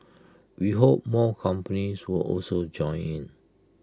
we hope more companies will also join in